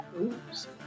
Oops